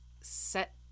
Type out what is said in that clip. set